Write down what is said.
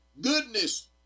goodness